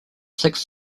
six